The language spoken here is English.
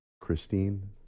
Christine